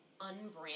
unbranded